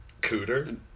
Cooter